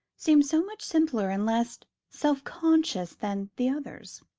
seem so much simpler and less self-conscious than the others.